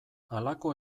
halako